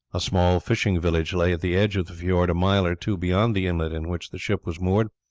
a small fishing village lay at the edge of the fiord a mile or two beyond the inlet in which the ship was moored.